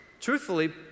truthfully